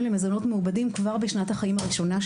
למזונות מעובדים כבר בשנת חייהם הראשונה,